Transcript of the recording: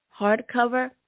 hardcover